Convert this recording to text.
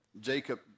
Jacob